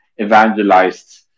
evangelized